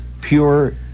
pure